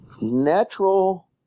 Natural